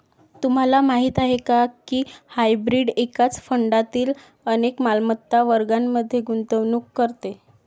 तुम्हाला माहीत आहे का की हायब्रीड एकाच फंडातील अनेक मालमत्ता वर्गांमध्ये गुंतवणूक करते?